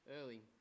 early